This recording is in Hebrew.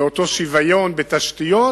לאותו שוויון בתשתיות.